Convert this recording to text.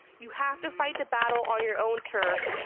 you have to fight the battle on your own turf,